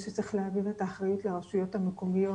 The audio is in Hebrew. זה שצריך להעביר את האחריות לרשויות המקומיות,